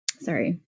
sorry